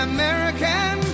American